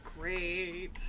great